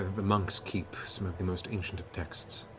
the monks keep some of the most ancient of texts.